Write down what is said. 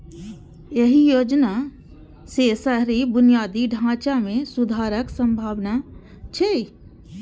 एहि योजना सं शहरी बुनियादी ढांचा मे सुधारक संभावना छै